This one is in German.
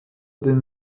dem